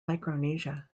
micronesia